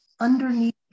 underneath